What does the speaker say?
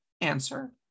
answer